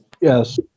yes